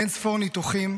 אין ספור ניתוחים,